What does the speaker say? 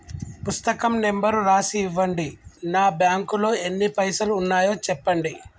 పుస్తకం నెంబరు రాసి ఇవ్వండి? నా బ్యాంకు లో ఎన్ని పైసలు ఉన్నాయో చెప్పండి?